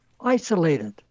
Isolated